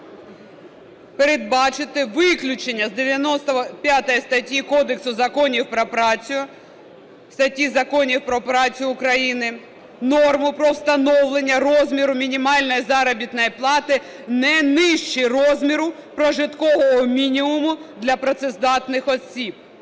передбачити виключення з 95 статті Кодексу законів про працю України норму про встановлення розміру мінімальної заробітної плати не нижче розміру прожиткового мінімуму для працездатних осіб.